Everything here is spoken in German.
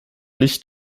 nicht